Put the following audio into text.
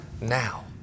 now